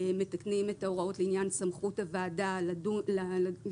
מתקנים את ההוראות לעניין סמכות הוועדה לבחון